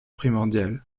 primordial